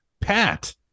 Pat